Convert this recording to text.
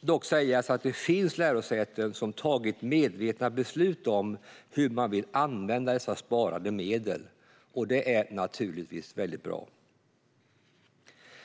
dock sägas att det finns lärosäten som tagit medvetna beslut om hur man vill använda dessa sparade medel. Det är naturligtvis bra.